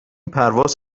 پرواز